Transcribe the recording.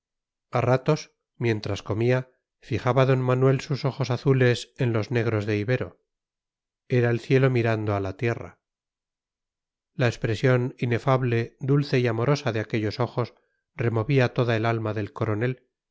ratos mientras comía fijaba d manuel sus ojos azules en los negros de ibero era el cielo mirando a la tierra la expresión inefable dulce y amorosa de aquellos ojos removía toda el alma del coronel